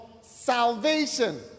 salvation